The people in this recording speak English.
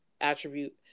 attribute